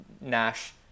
Nash